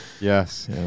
yes